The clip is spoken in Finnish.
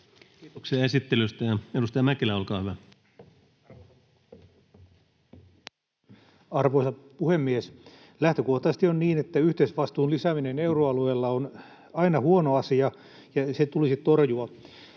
ja voimaansaattamiseksi Time: 18:23 Content: Arvoisa puhemies! Lähtökohtaisesti on niin, että yhteisvastuun lisääminen euroalueella on aina huono asia ja se tulisi torjua.